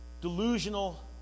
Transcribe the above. delusional